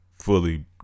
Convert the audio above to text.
fully